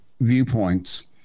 viewpoints